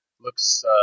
looks